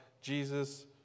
Jesus